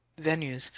venues